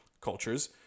cultures